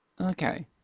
Okay